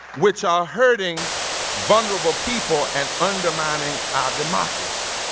which are hurting vulnerable people and undermining our democracy.